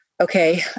okay